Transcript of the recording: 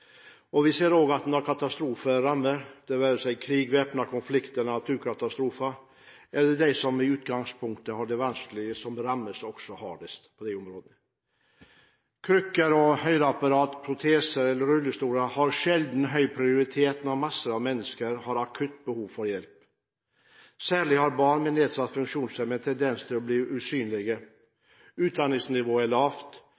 befolkningen. Vi ser også at når katastrofer rammer, det være seg krig, væpnede konflikter eller naturkatastrofer, er det de som i utgangspunktet har det vanskeligst, som rammes hardest også da. Krykker, høreapparater, proteser og rullestoler har sjelden høy prioritet når masser av mennesker har akutt behov for hjelp. Særlig har barn med nedsatt funksjonsevne en tendens til å bli